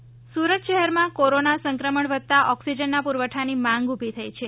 Surat oxygen Surat શહેરમાં corona સંક્રમણ વધતા ઓક્સીજનના પુરવઠાની માંગ ઉભી થઇ છે